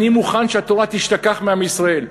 אני מוכן שהתורה תשתכח מעם ישראל,